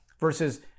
versus